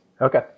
okay